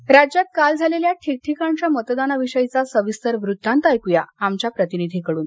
मतदान राज्यात काल झालेल्या ठीकठिकाणच्या मतदानाविषयीचा सविस्तर वृत्तांत ऐकूया आमच्या प्रतिनिधी कडून